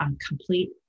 complete